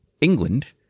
England